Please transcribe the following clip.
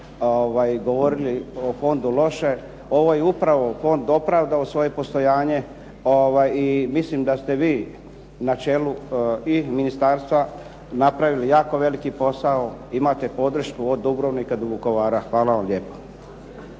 govorili o fondu loše, ovaj je upravo fond dopravdao svoje poslovanje i mislim da ste vi na čelu i Ministarstva napravili jako veliki posao, imate podršku od Dubrovnika do Vukovara. Hvala vam lijepo.